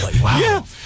Wow